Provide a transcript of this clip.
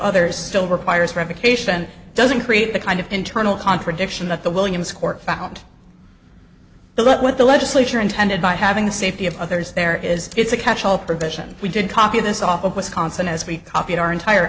others still requires revocation doesn't create the kind of internal contradiction that the williams court found look what the legislature intended by having the safety of others there is it's a catch all provision we did copy this off of wisconsin as we copied our entire